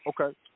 Okay